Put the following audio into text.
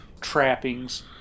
trappings